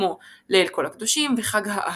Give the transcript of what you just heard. כמו ליל כל הקדושים וחג האהבה.